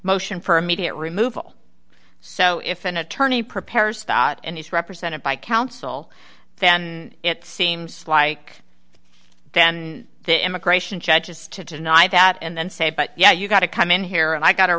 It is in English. motion for immediate removal so if an attorney prepare a stock and is represented by counsel then it seems like then the immigration judge just to deny that and then say but yeah you got to come in here and i got a